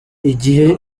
igihe